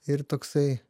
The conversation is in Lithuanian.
ir toksai